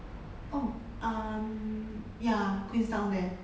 oh um ya queenstown there